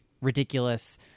ridiculous